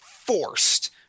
forced